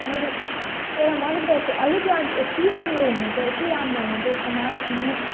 मैले एउटा मदत गरेको थिएँ अहिले त्यो आन्टी यति राम्रो हुनुहुन्छ यति राम्रो हुनुहुन्छ उसको नाति